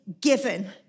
given